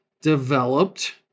developed